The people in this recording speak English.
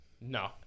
No